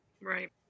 Right